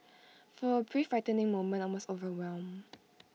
for A brief frightening moment I was overwhelmed